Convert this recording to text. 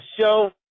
show